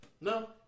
No